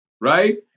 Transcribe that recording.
right